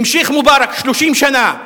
המשיך מובארק 30 שנה.